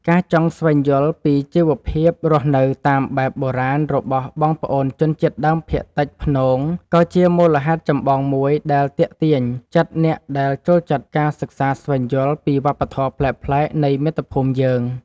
ការចង់ស្វែងយល់ពីជីវភាពរស់នៅតាមបែបបុរាណរបស់បងប្អូនជនជាតិដើមភាគតិចព្នងក៏ជាមូលហេតុចម្បងមួយដែលទាក់ទាញចិត្តអ្នកដែលចូលចិត្តការសិក្សាស្វែងយល់ពីវប្បធម៌ប្លែកៗនៃមាតុភូមិយើង។